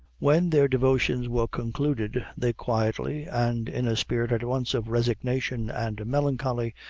when their devotions were concluded, they quietly, and in a spirit at once of resignation and melancholy,